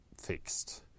fixed